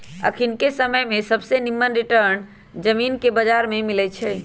अखनिके समय में सबसे निम्मन रिटर्न जामिनके बजार में मिलइ छै